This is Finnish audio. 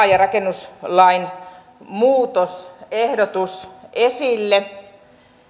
ja rakennuslain muutosehdotus esille